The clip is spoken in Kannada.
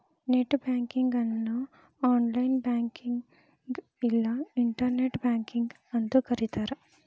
ನೆಟ್ ಬ್ಯಾಂಕಿಂಗ್ ಅನ್ನು ಆನ್ಲೈನ್ ಬ್ಯಾಂಕಿಂಗ್ನ ಇಲ್ಲಾ ಇಂಟರ್ನೆಟ್ ಬ್ಯಾಂಕಿಂಗ್ ಅಂತೂ ಕರಿತಾರ